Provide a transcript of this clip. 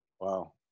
Wow